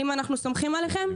אם אנחנו סומכים עליכם?